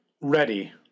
Ready